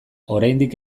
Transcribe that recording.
oraindik